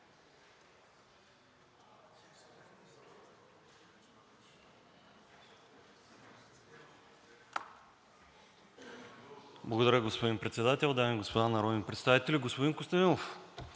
Благодаря, господин Председател. Дами и господа народни представители! Господин Костадинов,